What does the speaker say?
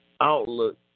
Outlook